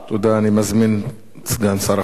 אני מזמין את סגן שר החוץ,